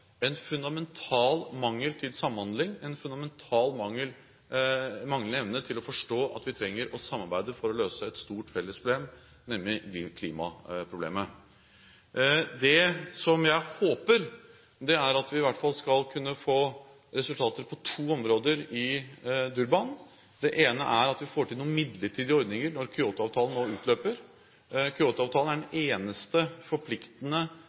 en fundamental mangel på samhandling, en fundamentalt manglende evne til å forstå at vi trenger å samarbeide for å løse et stort felles problem, nemlig klimaproblemet. Det jeg håper, er at vi i hvert fall skal kunne få resultater på to områder i Durban. Det ene er at vi får til noen midlertidige ordninger når Kyoto-avtalen nå utløper. Kyoto-avtalen er den eneste forpliktende